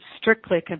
strictly